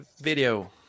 video